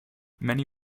many